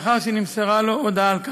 לאחר שנמסרה לו הודעה על כך.